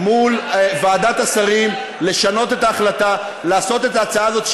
מול ועדת השרים לשנות את ההחלטה ולקבל את ההצעה הזאת,